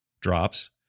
drops